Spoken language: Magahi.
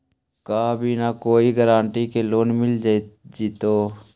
का बिना कोई गारंटी के लोन मिल जीईतै?